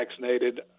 vaccinated